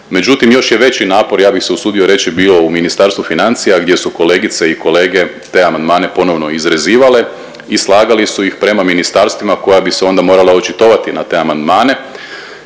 međutim još je veći napor ja bih se usudio reći bio u Ministarstvu financija gdje su kolegice i kolege te amandmane ponovno izrezivale i slagali su ih prema ministarstvima koja bi se onda morala očitovati na te amandmane